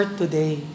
today